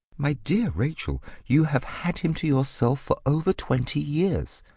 my dear rachel, you have had him to yourself for over twenty years.